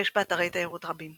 יש בה אתרי תיירות רבים,